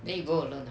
they you go alone ah